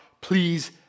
please